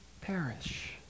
perish